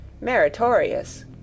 meritorious